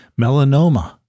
Melanoma